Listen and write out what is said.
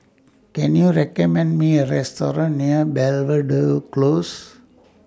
Can YOU recommend Me A Restaurant near Belvedere Close